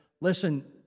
listen